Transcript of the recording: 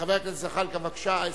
חבר הכנסת זחאלקה, בבקשה.